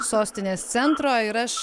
sostinės centro ir aš